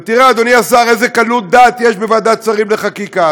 ותראה אדוני השר איזה קלות דעת יש בוועדת שרים לחקיקה,